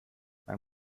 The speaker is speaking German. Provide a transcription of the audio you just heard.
man